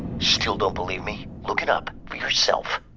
still don't believe me? look it up for yourself.